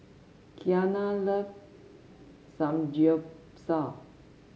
Kiana love Samgyeopsal